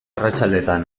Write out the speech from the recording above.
arratsaldetan